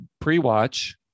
pre-watch